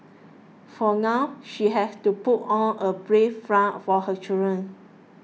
for now she has to put on a brave front for her children